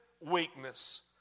weakness